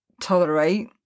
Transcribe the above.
tolerate